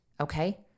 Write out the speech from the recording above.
Okay